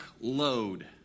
load